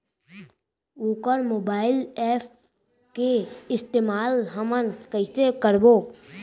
वोकर mobile app के इस्तेमाल हमन कइसे करबो?